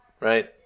right